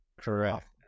Correct